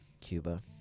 Cuba